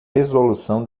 resolução